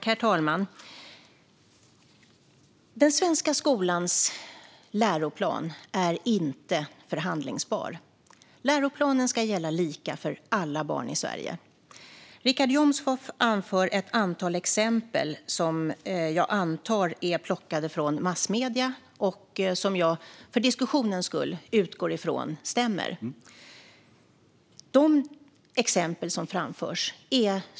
Herr talman! Den svenska skolans läroplan är inte förhandlingsbar. Läroplanen ska gälla lika för alla barn i Sverige. Richard Jomshof anför ett antal exempel som jag antar är plockade från massmedier. För diskussionens skull utgår jag från att de stämmer.